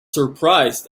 surprised